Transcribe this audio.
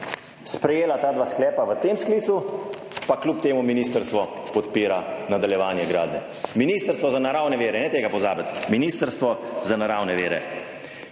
sprejela ta dva sklepa v tem sklicu, pa kljub temu ministrstvo podpira nadaljevanje gradnje. Ministrstvo za naravne vire, ne tega pozabiti, Ministrstvo za naravne vire.